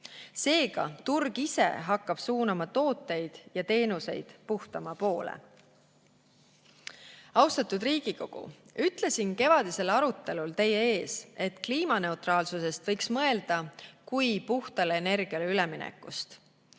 Seega turg ise hakkab suunama tooteid ja teenuseid puhtama poole. Austatud Riigikogu! Ütlesin kevadisel arutelul teie ees, et kliimaneutraalsusest võiks mõelda kui puhtale energiale üleminekust.